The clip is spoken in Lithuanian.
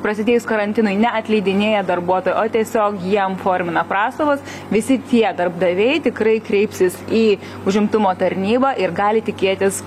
prasidėjus karantinui neatleidinėja darbuotojų o tiesiog jiem formina prastovas visi tie darbdaviai tikrai kreipsis į užimtumo tarnybą ir gali tikėtis